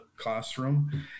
classroom